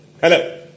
Hello